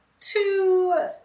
Two